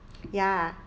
ya